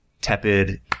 tepid